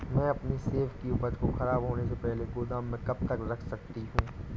मैं अपनी सेब की उपज को ख़राब होने से पहले गोदाम में कब तक रख सकती हूँ?